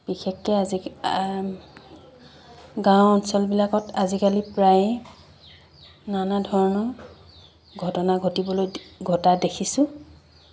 বিশেষকৈ আজি গাঁও অঞ্চলবিলাকত আজিকালি প্ৰায়ে নানা ধৰণৰ ঘটনা ঘটিবলৈ ঘটা দেখিছোঁ